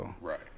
Right